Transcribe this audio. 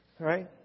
Right